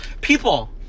People